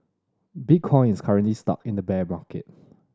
bitcoin is currently stuck in a bear market